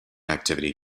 activity